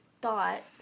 thought